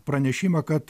pranešimą kad